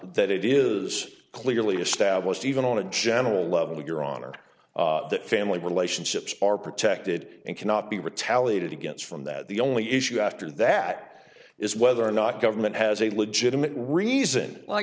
that it is clearly established even on a gentle level your honor that family relationships are protected and cannot be retaliated against from that the only issue after that is whether or not government has a legitimate reason why are